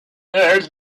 elle